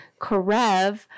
Karev